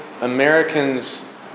Americans